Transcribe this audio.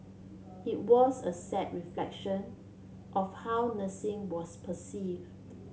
it was a sad reflection of how nursing was perceived